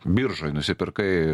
biržoj nusipirkai